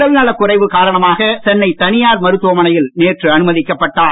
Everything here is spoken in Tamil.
உடல் நலக்குறைவு காரணமாக சென்னை தனியார் மருத்துவமனையில் நேற்று அனுமதிக்கப்பட்டார்